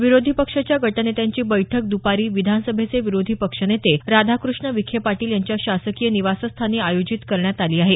विरोधी पक्षाच्या गटनेत्यांची बैठक द्पारी विधानसभेचे विरोधी पक्षनेते राधाक्रष्ण विखे पाटील यांच्या शासकीय निवासस्थानी आयोजित करण्यात आली आहे